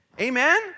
Amen